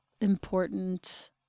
important